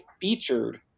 featured